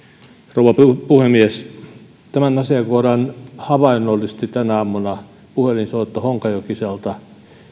rouva puhemies tämän asiakohdan havainnollisti tänä aamuna puhelinsoitto honkajokiselta